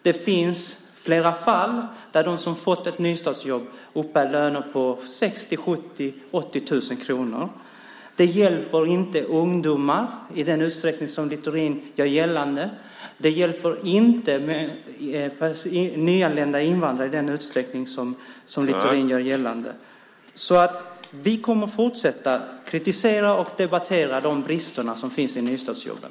Det finns flera fall där de som har fått nystartsjobb uppbär löner på 60 000, 70 000 och 80 000 kronor. Det hjälper inte ungdomar i den utsträckning som Littorin gör gällande. Det hjälper inte nyanlända invandrare, som Littorin gör gällande. Vi kommer att fortsätta att kritisera och debattera de brister som finns i nystartsjobben.